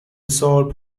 سوال